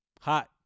hot